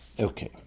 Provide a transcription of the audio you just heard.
Okay